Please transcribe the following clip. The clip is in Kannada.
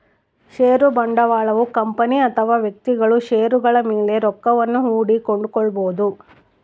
ಷೇರು ಬಂಡವಾಳಯು ಕಂಪನಿ ಅಥವಾ ವ್ಯಕ್ತಿಗಳು ಷೇರುಗಳ ಮೇಲೆ ರೊಕ್ಕವನ್ನು ಹೂಡಿ ಕೊಂಡುಕೊಳ್ಳಬೊದು